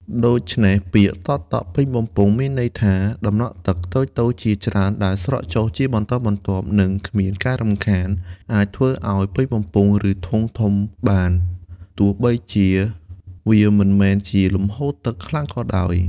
ដូច្នេះពាក្យ តក់ៗពេញបំពង់ មានន័យថា ដំណក់ទឹកតូចៗជាច្រើនដែលស្រក់ចុះជាបន្តបន្ទាប់ និងគ្មានការរំខាន អាចធ្វើឱ្យពេញបំពង់ ឬធុងធំបាន ទោះបីជាវាមិនមែនជាលំហូរទឹកខ្លាំងក៏ដោយ។